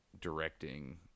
directing